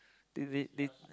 did they di~